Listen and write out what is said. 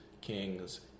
kings